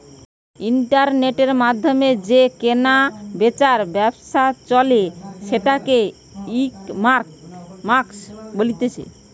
ইন্টারনেটের মাধ্যমে যে কেনা বেচার ব্যবসা চলে সেটাকে ইকমার্স বলতিছে